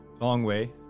Longway